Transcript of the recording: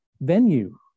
venue